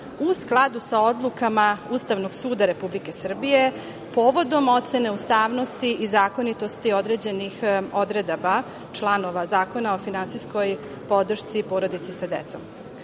u skladu sa odlukama Ustavnog suda Republike Srbije povodom ocene ustavnosti i zakonitosti određenih odredaba članova Zakona o finansijskoj podršci porodici sa decom. Naime,